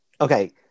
okay